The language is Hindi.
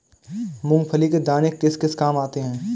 मूंगफली के दाने किस किस काम आते हैं?